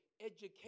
education